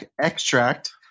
extract